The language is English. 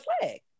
flag